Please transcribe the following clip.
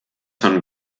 von